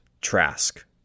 Trask